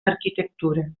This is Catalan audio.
arquitectura